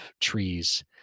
trees